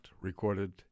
recorded